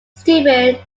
steuben